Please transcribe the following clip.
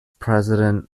president